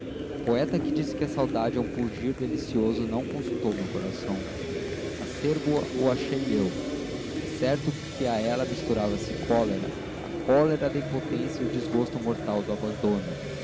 poeta que disse que a saudade é um pungir delicioso não consultou meu coração acerbo o achei eu é certo que a ela misturava-se a cólera a cólera da impotência e o desgosto mortal do abandono